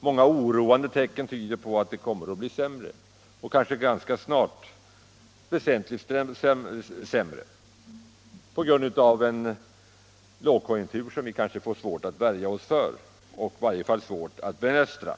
Många oroande tecken tyder dock på att det ganska snart kommer att bli väsentligt sämre på grund av en kommande lågkonjunktur som vi kanske får svårt att värja oss mot eller i varje fall svårt att behärska.